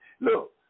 Look